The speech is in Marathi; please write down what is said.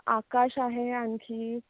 आकाश आहे आणखी